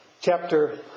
chapter